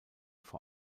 vor